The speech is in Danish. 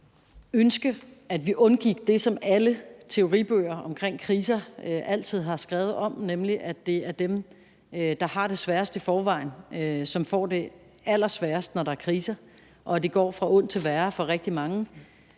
ønske at undgå det, som alle teoribøger om kriser altid har skrevet om, nemlig at det er dem, der har det sværest i forvejen, som får det allersværest, når der er kriser, og at det går fra ondt til værre for rigtig mange.